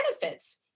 benefits